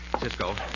Cisco